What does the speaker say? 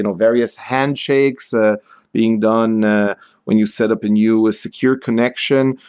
you know various handshakes ah being done ah when you set up a new ah secure connection.